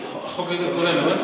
איזה מסים מקזזים?